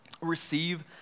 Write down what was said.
receive